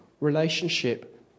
relationship